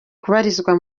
kubarizwa